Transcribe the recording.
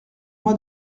moi